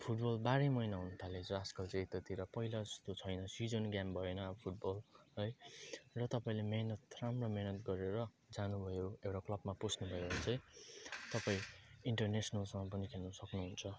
football बाह्रै महिना हुनथालेको छ आजकल चाहिँ यतातिर पहिला जस्तो छैन सिजन गेम भएन अब फुटबल है र तपाईँले मिहिनेत राम्रो मिहिनेत गरेर जानुभयो एउटा क्लबमा पस्नुभयो भने चाहिँ तपाईँ इन्टरनेसनलसम्म पनि खेल्न सक्नुहुन्छ